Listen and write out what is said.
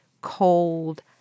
cold